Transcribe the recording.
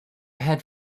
head